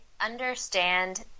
understand